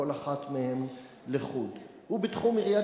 כל אחת מהן לחוד: הוא בתחום עיריית